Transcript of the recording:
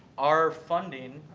our funding,